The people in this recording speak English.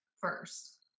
first